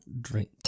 drink